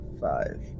five